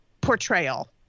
portrayal